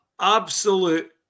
Absolute